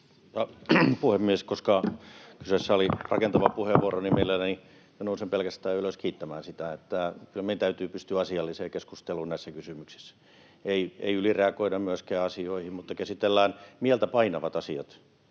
Puhemies! Koska kyseessä oli rakentava puheenvuoro, mielelläni nousen ylös vaikka pelkästään kiittämään sitä. Kyllä meidän täytyy pystyä asialliseen keskusteluun näissä kysymyksissä. Ei myöskään ylireagoida asioihin, mutta käsitellään mieltä painavat asiat